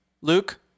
Luke